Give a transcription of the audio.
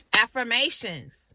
affirmations